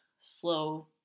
slow